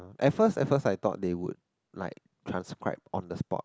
at first at first I though they would like transcribe on the spot